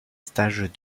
stages